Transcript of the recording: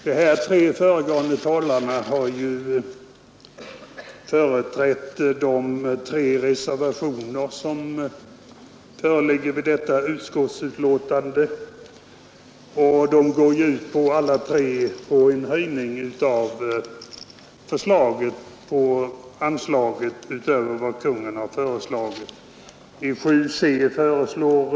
Herr talman! De tre föregående talarna har företrätt de tre reservationer som föreligger vid punkten 35 i detta utskottsbetänkande. Alla tre reservationerna går ut på en höjning av förslagsanslaget, utöver vad Kungl. Maj:t föreslagit.